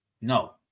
No